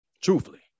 Truthfully